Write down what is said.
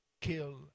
kill